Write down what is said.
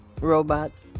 robots